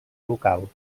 local